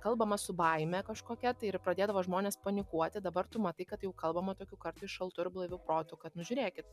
kalbama su baime kažkokia tai ir pradėdavo žmonės panikuoti dabar tu matai kad jau kalbama tokiu kartais šaltu ir blaiviu protu kad nu žiūrėkit